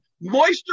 moisture